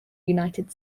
united